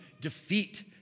defeat